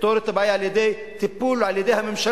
לפתור את הבעיה על-ידי טיפול של הממשלה,